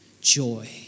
joy